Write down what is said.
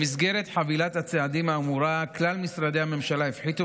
במסגרת חבילת הצעדים האמורה כלל משרדי הממשלה הפחיתו